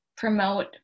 promote